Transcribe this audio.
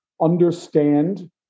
understand